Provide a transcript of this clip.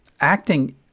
acting